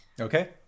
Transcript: Okay